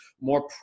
more